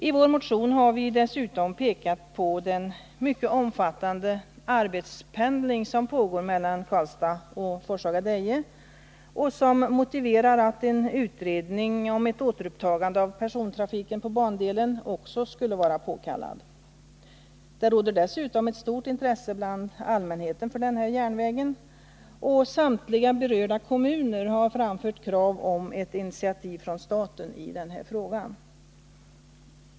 I vår motion har vi dessutom pekat på den mycket omfattande arbetspendling som pågår mellan Karlstad och Deje-Forshaga och som gör att en utredning om ett återupptagande av persontrafiken på bandelen också skulle vara påkallad. Det råder dessutom ett stort intresse bland allmänheten för den här järnvägen, och samtliga berörda kommuner har framfört krav på ett initiativ från staten i frågan.